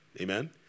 Amen